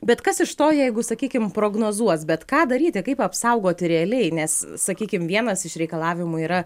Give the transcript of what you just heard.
bet kas iš to jeigu sakykim prognozuos bet ką daryti kaip apsaugoti realiai nes sakykim vienas iš reikalavimų yra